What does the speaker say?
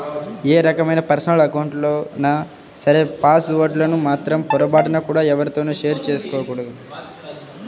ఏ రకమైన పర్సనల్ అకౌంట్లైనా సరే పాస్ వర్డ్ లను మాత్రం పొరపాటున కూడా ఎవ్వరితోనూ షేర్ చేసుకోకూడదు